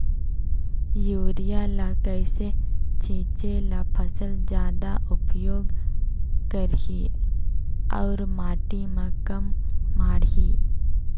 Urea ल कइसे छीचे ल फसल जादा उपयोग करही अउ माटी म कम माढ़ही?